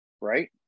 right